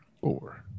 Four